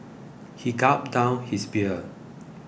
he gulped down his beer